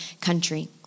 country